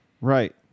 Right